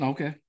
Okay